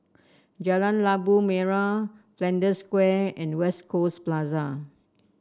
Jalan Labu Merah Flanders Square and West Coast Plaza